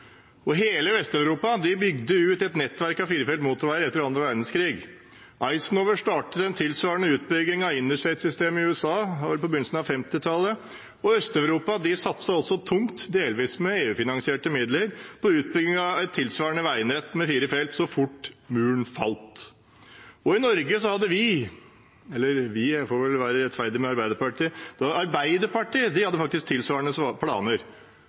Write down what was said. og landsdeler sammen. Hele Vest-Europa bygde ut et nettverk av firefelts motorveier etter andre verdenskrig. Eisenhower startet en tilsvarende utbytting av Interstate-systemet i USA på begynnelsen av 1950-tallet. Og Øst-Europa satset også tungt, delvis med EU-finansierte midler, på utbygging av et tilsvarende veinett med fire felt så fort Muren falt. I Norge hadde vi, eller Arbeiderpartiet – jeg får vel være rettferdig med